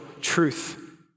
truth